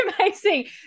amazing